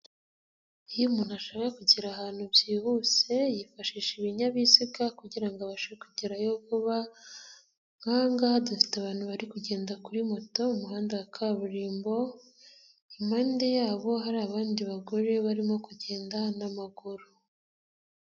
Iyo umuntu ashaka kugera ahantu byihuse yifashisha ibinyabiziga kugira ngo abashe kugerayo nk'aha ngaha dufite abantu bari kugenda kuri moto mu muhanda wa kaburimbo, impande yabo hari abandi bagore barimo kugenda n'amaguru.